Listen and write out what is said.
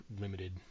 limited